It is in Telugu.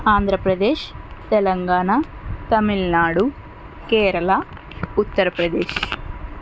ఆంధ్రప్రదేశ్ తెలంగాణ తమిళనాడు కేరళ ఉత్తర్ప్రదేశ్